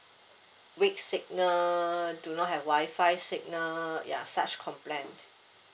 weak signal do not have wi-fi signal ya such complaint